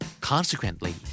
Consequently